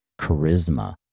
charisma